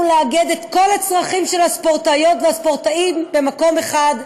לאגד את כל הצרכים של הספורטאיות והספורטאים במקום אחד,